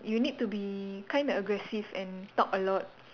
you need to be kind of aggressive and talk a lot